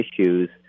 issues